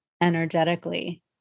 energetically